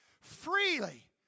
Freely